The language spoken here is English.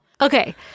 okay